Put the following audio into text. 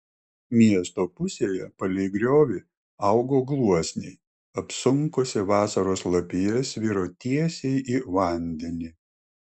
miesto pusėje palei griovį augo gluosniai apsunkusi vasaros lapija sviro tiesiai į vandenį